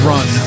Run